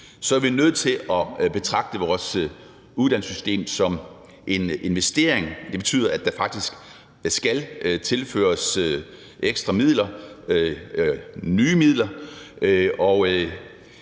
er vi nødt til at betragte vores uddannelsessystem som en investering. Det betyder, at der faktisk skal tilføres ekstra midler, nye midler.